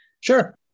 sure